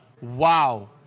Wow